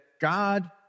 God